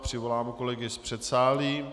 Přivolám kolegy z předsálí.